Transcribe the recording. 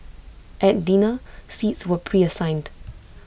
at dinner seats were preassigned